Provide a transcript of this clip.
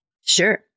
Sure